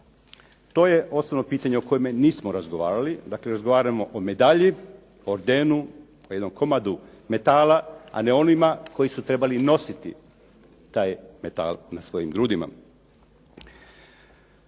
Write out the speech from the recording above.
To je osnovno pitanje o kojemu nismo razgovarali. Dakle, razgovaramo o medalji, ordenu, o jednom komadu metala, a ne onima koji su trebali nositi taj metal na svojim grudima.